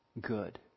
good